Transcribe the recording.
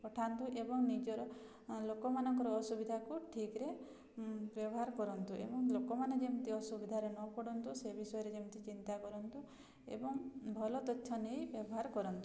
ପଠାନ୍ତୁ ଏବଂ ନିଜର ଲୋକମାନଙ୍କର ଅସୁବିଧାକୁ ଠିକ୍ରେ ବ୍ୟବହାର କରନ୍ତୁ ଏବଂ ଲୋକମାନେ ଯେମିତି ଅସୁବିଧାରେ ନ ପଡ଼ନ୍ତୁ ସେ ବିଷୟରେ ଯେମିତି ଚିନ୍ତା କରନ୍ତୁ ଏବଂ ଭଲ ତଥ୍ୟ ନେଇ ବ୍ୟବହାର କରନ୍ତୁ